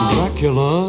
Dracula